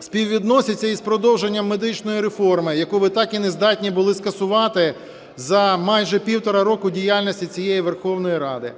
співвідноситься із продовженням медичної реформи, яку ви так і не здатні були скасувати за майже півтора року діяльності цієї Верховної Ради?